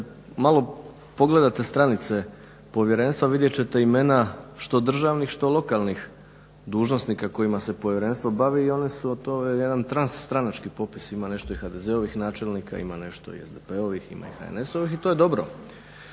malo pogledate stranice povjerenstva vidjet ćete imena što državnih što lokalnih dužnosnika kojima se povjerenstvo bavi i oni su od toga jedan trans stranački popis, ima nešto i HDZ-ovih načelnika, ima nešto i SDP-ovim, ima i HNS-ovih i to je dobro.